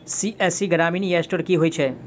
CSC ग्रामीण e store की होइ छै?